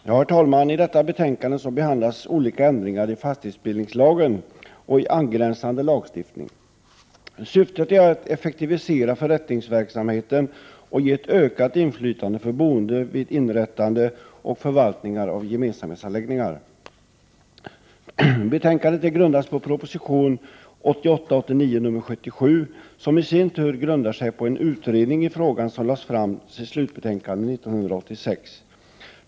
Herr talman! I detta betänkande behandlas olika ändringar i fastighetsbildningslagen, FBL, och i angränsande lagstiftning. Syftet är att effektivisera förrättningsverksamheten och ge ett ökat inflytande för de boende vid inrättande och förvaltning av gemensamhetsanläggningar. Betänkandet grundas på prop. 1988/89:77, som i sin tur grundar sig på en utredning i frågan som lade fram sitt slutbetänkande 1986.